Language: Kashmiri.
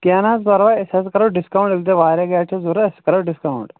کیٚنٛہہ نہَ حظ پرواے أسۍ حظ کَرو ڈِسکاوُنٛٹ ییٚلہِ تۄہہِ واریاہ گاڑِ چھَو ضروٗرت أسۍ کَرو ڈِسکاوُنٛٹ